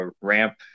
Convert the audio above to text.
ramp